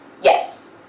Yes